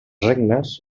regnes